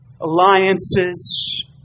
alliances